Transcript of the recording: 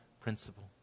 principle